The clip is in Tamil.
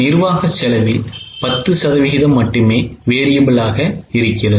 நிர்வாக செலவில்10 சதவீதம் மட்டுமே variable ஆக இருக்கிறது